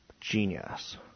genius